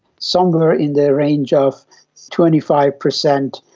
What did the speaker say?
somewhere in the range of twenty five percent,